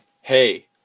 hey